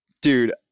Dude